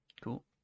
Cool